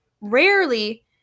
rarely